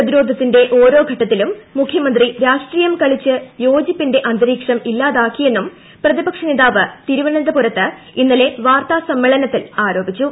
പ്രതിരോട്ടിരിന്റെ ഓരോ ഘട്ടത്തി ലും മുഖ്യമന്ത്രി രാഷ്ട്രീയം കളിച്ച് യോജിപ്പിന്റെ അന്തരീക്ഷം ഇല്ലാതാക്കിയെന്നും പ്രതിപക്ഷി നേതാവ് തിരുവനന്തപുരത്ത് ഇന്നലെ വാർത്താസമ്മേളനിത്തിൽ ആരോപിച്ചു